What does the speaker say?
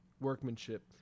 workmanship